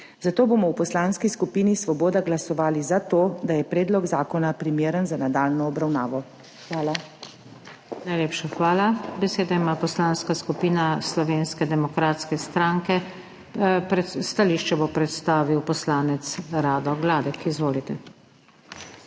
Zato bomo v Poslanski skupini Svoboda glasovali za to, da je predlog zakona primeren za nadaljnjo obravnavo. Hvala. **PODPREDSEDNICA NATAŠA SUKIČ:** Najlepša hvala. Besedo ima Poslanska skupina Slovenske demokratske stranke, stališče bo predstavil poslanec Rado Gladek. Izvolite.